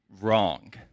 wrong